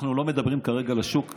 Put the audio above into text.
אנחנו לא מדברים כרגע על השוק הסיטונאי.